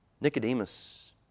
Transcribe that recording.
Nicodemus